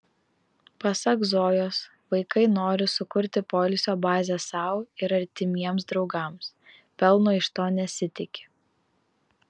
pasak zojos vaikai nori sukurti poilsio bazę sau ir artimiems draugams pelno iš to nesitiki